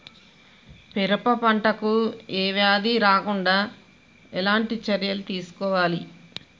పెరప పంట కు ఏ వ్యాధి రాకుండా ఎలాంటి చర్యలు తీసుకోవాలి?